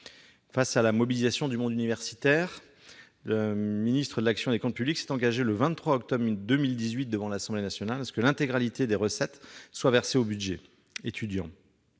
Face à la mobilisation du monde universitaire, le ministre de l'action et des comptes publics s'est engagé le 23 octobre 2018 devant l'Assemblée nationale à ce que l'intégralité des recettes soit versée au budget étudiant.